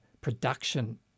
production